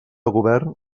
govern